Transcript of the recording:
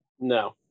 No